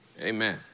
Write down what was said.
Amen